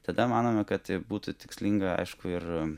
tada manome kad būtų tikslinga aišku ir